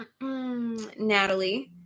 Natalie